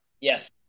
Yes